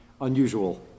Unusual